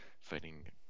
fighting